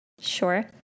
Sure